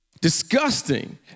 Disgusting